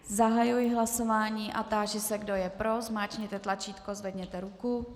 Zahajuji hlasování a táži se, kdo je pro, zmáčkněte tlačítko, zvedněte ruku.